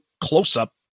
close-up